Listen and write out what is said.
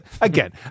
again